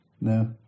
No